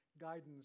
guidance